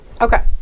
Okay